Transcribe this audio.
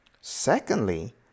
Secondly